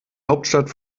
hauptstadt